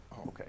okay